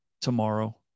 tomorrow